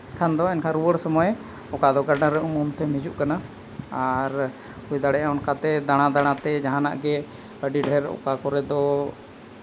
ᱮᱱᱠᱷᱟᱱ ᱫᱚ ᱮᱱᱠᱷᱟᱱ ᱨᱩᱣᱟᱹᱲ ᱥᱚᱢᱚᱭ ᱚᱠᱟᱫᱚ ᱜᱟᱰᱟ ᱨᱮ ᱩᱢ ᱩᱢ ᱛᱮᱢ ᱦᱤᱡᱩᱜ ᱠᱟᱱᱟ ᱟᱨ ᱦᱩᱭ ᱫᱟᱲᱮᱭᱟᱜᱼᱟ ᱚᱱᱠᱟᱛᱮ ᱫᱟᱬᱟ ᱫᱟᱬᱟᱛᱮ ᱡᱟᱦᱟᱱᱟᱜ ᱜᱮ ᱟᱹᱰᱤ ᱰᱷᱮᱹᱨ ᱚᱠᱟ ᱠᱚᱨᱮ ᱫᱚ